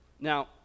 Now